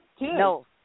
No